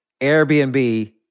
Airbnb